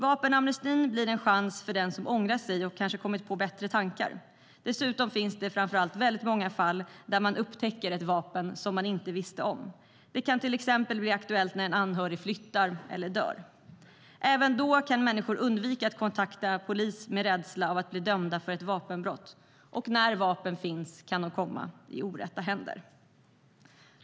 Vapenamnestin blir en chans för den som ångrat sig och kanske kommit på bättre tankar. Dessutom finns det framför allt många fall där man upptäcker ett vapen som man inte visste om. Det kan till exempel bli aktuellt när en anhörig flyttar eller dör. Även då kan människor undvika att kontakta polis av rädsla för att bli dömda för ett vapenbrott. Och när vapen finns kan de komma i orätta händer.